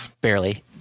barely